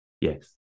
Yes